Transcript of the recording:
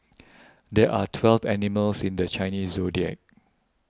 there are twelve animals in the Chinese zodiac